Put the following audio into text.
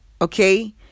okay